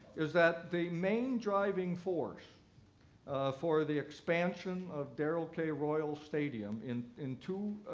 is that the main driving force for the expansion of darrel k. royal stadium, in in two,